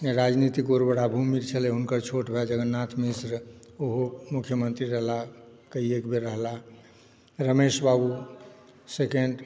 राजनीतिक उर्वरा भूमि छलै हुनकर छोट भाय जगन्नाथ मिश्रा ओहो मुख्यमंत्री रहला कइएक बेर रहला रमेश बाबू सकेंड